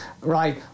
Right